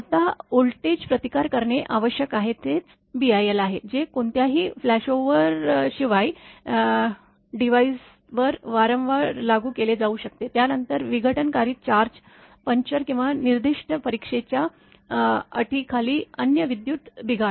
आता व्होल्टेजचा प्रतिकार करणे आवश्यक आहे तेच BIL आहे जे कोणत्याही फ्लॅशओव्हरशिवाय डिव्हाइस वर वारंवार लागू केले जाऊ शकते त्यानंतर विघटनकारी चार्ज पंचर किंवा निर्दिष्ट परीक्षेच्या अटीखाली अन्य विद्युत बिघाड